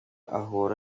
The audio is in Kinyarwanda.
ahura